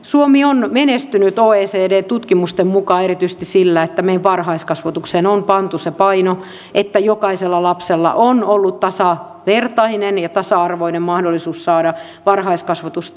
suomi on menestynyt oecd tutkimusten mukaan erityisesti sillä että meidän varhaiskasvatukseen on pantu se paino että jokaisella lapsella on ollut tasavertainen ja tasa arvoinen mahdollisuus saada varhaiskasvatusta